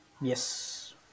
Yes